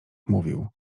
mówił